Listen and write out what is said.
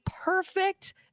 perfect